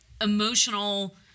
emotional